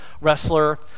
wrestler